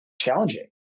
challenging